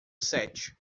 sete